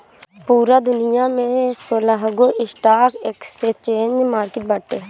पूरा दुनिया में सोलहगो स्टॉक एक्सचेंज मार्किट बाटे